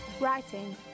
Writing